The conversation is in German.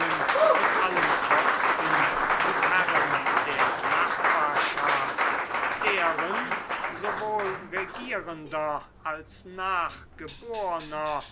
mit allen fürsten und herren der nachbarschaft deren sowohl regierender als nachgeborner